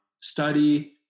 study